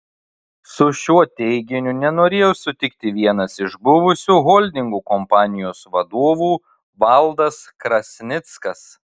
su šiuo teiginiu nenorėjo sutikti vienas iš buvusių holdingo kompanijos vadovų valdas krasnickas